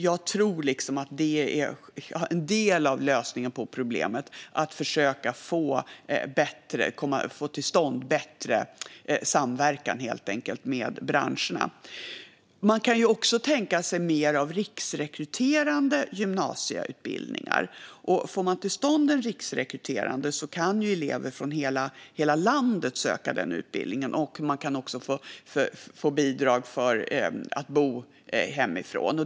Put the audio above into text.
Jag tror att det är en del av lösningen på problemet - att försöka få till stånd en bättre samverkan med branscherna. Man kan också tänka sig mer av riksrekryterande gymnasieutbildningar. Får man till stånd en riksrekryterande utbildning kan elever från hela landet söka den utbildningen. Man kan också få bidrag för att bo hemifrån.